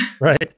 Right